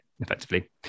effectively